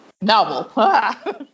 novel